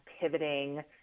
pivoting